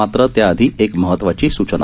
मात्र त्याआधी एक महत्वाची सूचना